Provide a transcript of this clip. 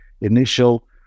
initial